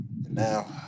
now